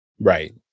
Right